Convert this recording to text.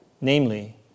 namely